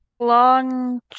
Long